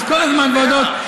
יש כל הזמן ועדות,